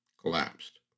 collapsed